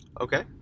Okay